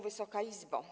Wysoka Izbo!